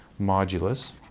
modulus